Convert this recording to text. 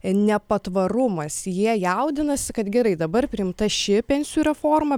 nepatvarumas jie jaudinasi kad gerai dabar priimta ši pensijų reforma